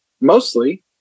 mostly